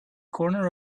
corner